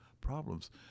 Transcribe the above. problems